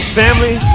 family